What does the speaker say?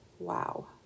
Wow